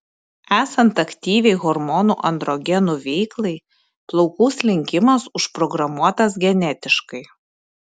esant aktyviai hormonų androgenų veiklai plaukų slinkimas užprogramuotas genetiškai